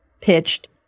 pitched